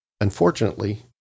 unfortunately